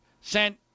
sent